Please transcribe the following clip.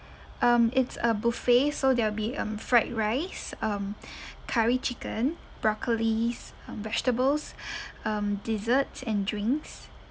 um it's a buffet so there'll be um fried rice um curry chicken broccolis um vegetables um desserts and drinks